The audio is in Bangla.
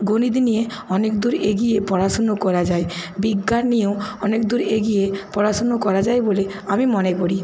গণিত নিয়ে অনেক দূর এগিয়ে পড়াশুনো করা যায় বিজ্ঞান নিয়েও অনেক দূর এগিয়ে পড়াশুনো করা যায় বলে আমি মনে করি